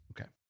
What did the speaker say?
Okay